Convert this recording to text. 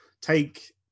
take